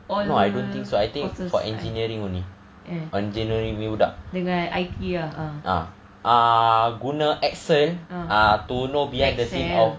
no I don't think so I think for engineering only engineering punya budak ah guna excel uh to know behind the thing of